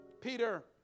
Peter